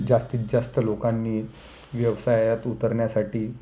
जास्तीत जास्त लोकांनी व्यवसायात उतरण्यासाठी